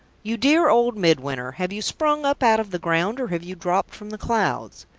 you dear old midwinter, have you sprung up out of the ground, or have you dropped from the clouds?